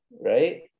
right